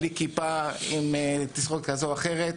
בלי כיפה ועם תסרוקת כזו או אחרת.